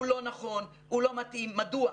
הוא לא נכון, הוא לא מתאים, מדוע?